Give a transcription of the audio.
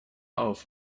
auf